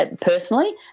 personally